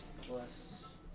plus